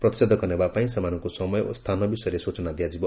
ପ୍ରତିଷେଧକ ନେବାପାଇଁ ସେମାନଙ୍କୁ ସମୟ ଓ ସ୍ଥାନ ବିଷୟରେ ସୂଚନା ଦିଆଯିବ